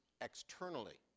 externally